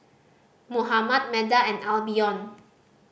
Mohammad Meda and Albion